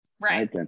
right